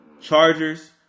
chargers